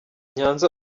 nyanza